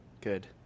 Good